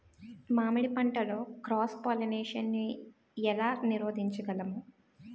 మామిడి పంటలో cross pollination నీ ఏల నీరోధించగలము?